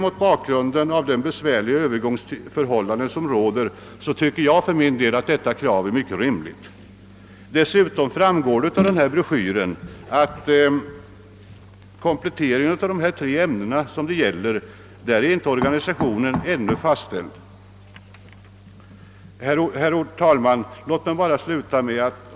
Mot bakgrunden av de besvärliga övergångsförhållanden som råder tycker jag att detta krav är mycket rimligt. Dessutom framgår av vad som i broschyren skrives om kompletteringen av ifrågavarande tre ämnen att organisationen ännu inte är fastställd. Herr talman!